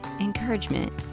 encouragement